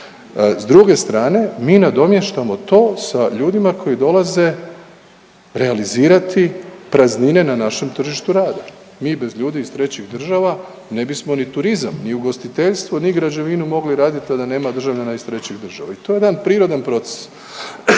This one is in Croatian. S druge strane mi nadomještamo to sa ljudima koji dolaze realizirati praznine na našem tržištu rada. Mi bez ljudi iz trećih država ne bismo ni turizam, ni ugostiteljstvo, ni građevinu mogli raditi, a da nema državljana iz trećih država. I to je jedan prirodan proces.